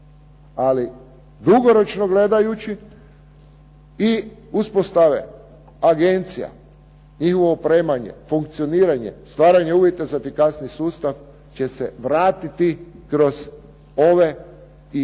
Ali dugoročno gledajući i uspostave agencija, njihovo opremanje, funkcioniranje, stvaranje uvjeta za efikasniji sustav će se vratiti kroz ove i